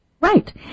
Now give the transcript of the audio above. Right